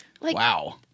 Wow